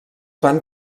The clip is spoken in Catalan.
van